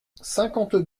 cinquante